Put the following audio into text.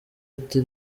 ati